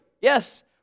Yes